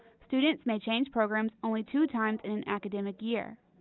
students may change programs only two times in an academic year.